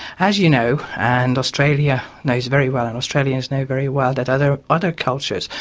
as you know, and australia knows very well, and australians know very well that other other cultures,